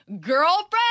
girlfriend